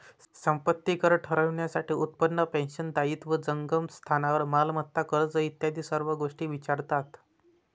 संपत्ती कर ठरवण्यासाठी उत्पन्न, पेन्शन, दायित्व, जंगम स्थावर मालमत्ता, कर्ज इत्यादी सर्व गोष्टी विचारतात